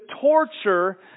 torture